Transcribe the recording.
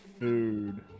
Food